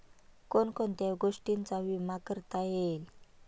कोण कोणत्या गोष्टींचा विमा करता येईल?